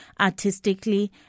artistically